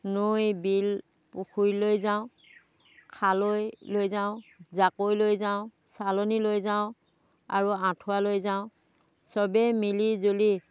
নৈ বিল পুখুৰীলৈ যাওঁ খালৈ লৈ যাওঁ জাকৈ লৈ যাওঁ চালনী লৈ যাওঁ আৰু আঁঠুৱা লৈ যাওঁ চবে মিলি জুলি